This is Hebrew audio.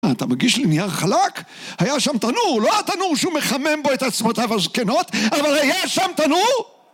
אתה מגיש לי נייר חלק? היה שם תנור, לא התנור שהוא מחמם בו את עצמותיו הזקנות, אבל היה שם תנור?